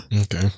Okay